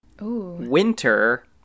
winter